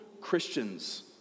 Christians